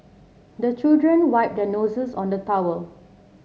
the children wipe their noses on the towel